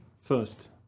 first